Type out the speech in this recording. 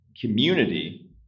community